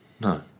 No